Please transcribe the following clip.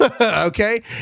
Okay